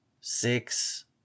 Six